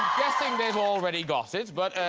guessing they've already got it. but